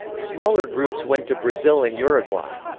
smaller groups went to brazil and uruguay.